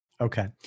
Okay